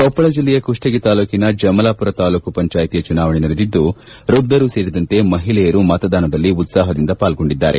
ಕೊಪ್ಪಳ ಜಿಲ್ಲೆಯ ಕುಷ್ಟಗಿ ತಾಲ್ಲೂಕಿನ ಜಮಲಾಮರ ತಾಲ್ಲೂಕು ಪಂಚಾಯಿತಿಯ ಚುನಾವಣೆ ನಡೆದಿದ್ದು ವೃದ್ಧರು ಸೇರಿದಂತೆ ಮಹಿಳೆಯರು ಮತದಾನದಲ್ಲಿ ಉತ್ಸಾಹದಿಂದ ಪಾಲ್ಗೊಂಡಿದ್ದಾರೆ